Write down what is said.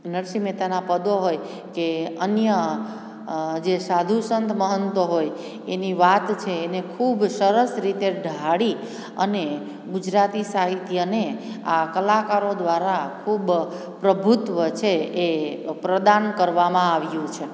નરસિહ મહેતાના પદો હોય કે અન્ય જે સાધુ સંત મહંતો હોય એની વાત છે એને ખૂબ સરસ રીતે ઢાળી અને ગુજરાતી સાહિત્યને આ કલાકારો દ્વારા ખૂબ પ્રભુત્વ છે એ પ્રદાન કરવામાં આવ્યું છે